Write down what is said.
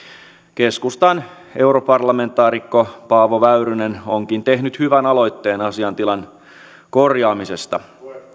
keskustan europarlamentaarikko paavo väyrynen onkin tehnyt hyvän aloitteen asiaintilan korjaamisesta